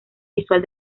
visual